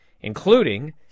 including